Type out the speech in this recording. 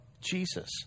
Jesus